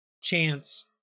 Chance